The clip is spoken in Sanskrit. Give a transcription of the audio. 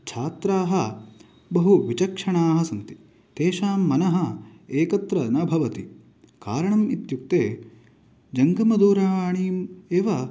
छात्राः बहु विचक्षणाः सन्ति तेषां मनः एकत्र न भवति कारणम् इत्युक्ते जङ्गमदूरवाणीम् एव